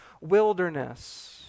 wilderness